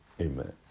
amen